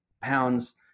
pounds